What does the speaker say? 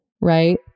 Right